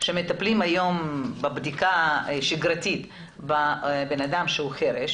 שכשמטפלים היום בבדיקה שגרתית בבן אדם חירש